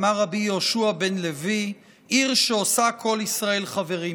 אמר רבי יהושע בן לוי: עיר שעושה כל ישראל חברים.